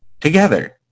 together